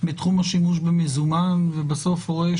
בתחום השימוש במזומן, ובסוף רואה